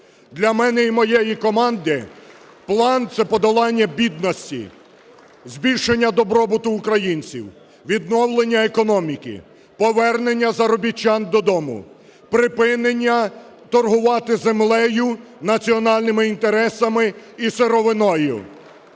Для мене і моєї команди план – це подолання бідності, збільшення добробуту українців, відновлення економіки, повернення заробітчан додому, припинення торгувати землею, національними інтересами і сировиною,